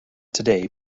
today